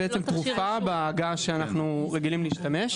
בהגהה שבה אנחנו רגילים להשתמש.